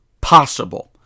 possible